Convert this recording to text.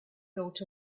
thought